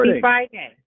Friday